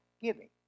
giving